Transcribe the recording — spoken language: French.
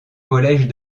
collège